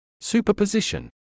Superposition